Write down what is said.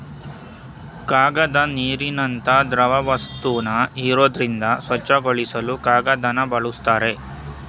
ಕಾಗದ ನೀರಿನಂತ ದ್ರವವಸ್ತುನ ಹೀರೋದ್ರಿಂದ ಸ್ವಚ್ಛಗೊಳಿಸಲು ಕಾಗದನ ಬಳುಸ್ತಾರೆ